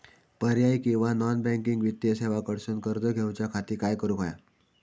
पर्यायी किंवा non banking वित्तीय सेवा कडसून कर्ज घेऊच्या खाती काय करुक होया?